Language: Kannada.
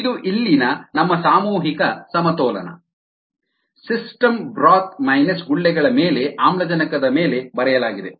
ಇದು ಇಲ್ಲಿನ ನಮ್ಮ ಸಾಮೂಹಿಕ ಸಮತೋಲನ ri rorg rcddt system broth minus ಗುಳ್ಳೆಗಳ ಮೇಲೆ ಆಮ್ಲಜನಕದ ಮೇಲೆ ಬರೆಯಲಾಗಿದೆ